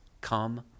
come